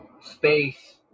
space